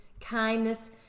kindness